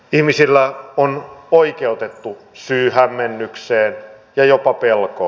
ihmisillä on oikeutettu syy hämmennykseen ja jopa pelkoon